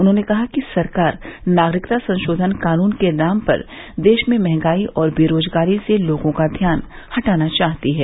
उन्होंने कहा कि सरकार नागरिकता संशोधन कानून के नाम पर देश में महंगाई और बेरोज़गारी से लोगों का ध्यान हटाना चाहती है